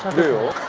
do